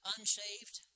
Unsaved